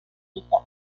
mitad